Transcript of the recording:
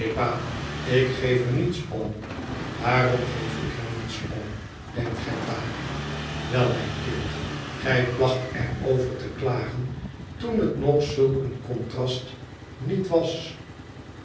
ik geef er niets om waarom geefik er niets om denkt gij pa wel mijn kind gij placht er over te klagen toen het nog zulk een contrast niet was